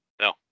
no